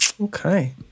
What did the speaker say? okay